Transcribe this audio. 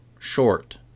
short